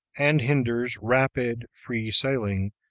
and hinders rapid, free sailing,